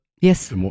Yes